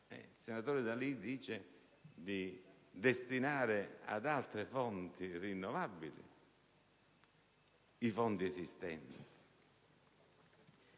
il senatore D'Alì di destinare ad altre fonti rinnovabili i fondi esistenti.